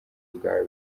bwawe